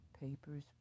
Papers